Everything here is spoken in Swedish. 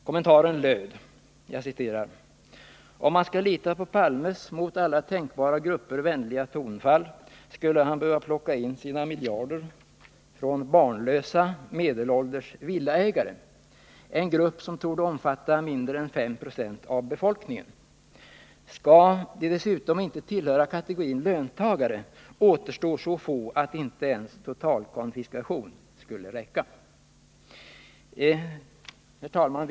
Kommentaren löd: ”Om man ska lita på Palmes mot alla tänkbara grupper vänliga tonfall skulle han behöva plocka in sina miljarder från barnlösa medelålders villaägare, en grupp som torde omfatta mindre än fem procent av befolkningen; ska de dessutom inte tillhöra kategorin löntagare återstår så få att inte ens totalkonfiskation skulle räcka.” Herr talman!